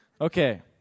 Okay